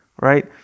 right